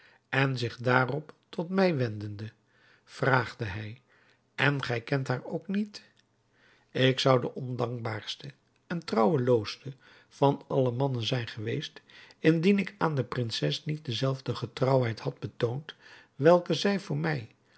en zich daarop tot mij wendende vraagde hij en gij kent gij haar ook niet ik zou de ondankbaarste en trouweloosste van alle mannen zijn geweest indien ik aan de prinses niet dezelfde getrouwheid had betoond welke zij voor mij